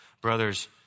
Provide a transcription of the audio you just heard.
Brothers